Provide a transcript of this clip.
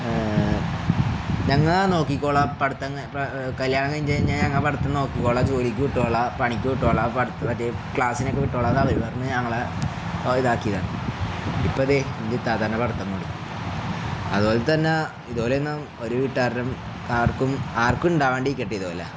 ഞങ്ങ നോക്കിക്കോളാ പഠത്തങ് കല്യാണം കഴിഞ് കഴിഞ്ഞാ ഞങ്ങ പഠത്തന്ന് നോക്കിക്കോള ജോലിക്ക് വിട്ടോള പണിക്ക് വിട്ടോള പടത്ത് മറ്റേ ക്ലാസ്സിനൊക്കെ വിട്ടോളാത അവരി പറഞ്ഞ് ഞങ്ങള ഇതാക്കിതാണ് ഇപ്പൊതെ ഇത്താ തന്നെ പഠത്ത കൂടി അതുപോലെ തന്നെ ഇതുോലന്ന ഒരു വീട്ടുകാരും ആർക്കും ആർക്കും ഇണ്ടാവാണ്ടി കട്ടെ ഇതുോല